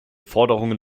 forderungen